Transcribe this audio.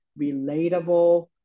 relatable